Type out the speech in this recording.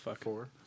four